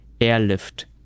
airlift